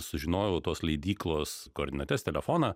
sužinojau tos leidyklos koordinates telefoną